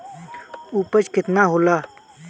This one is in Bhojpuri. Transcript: उपज केतना होला?